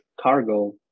cargo